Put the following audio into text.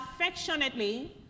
affectionately